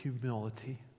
humility